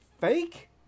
fake